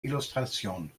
illustration